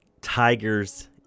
tigers